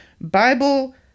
Bible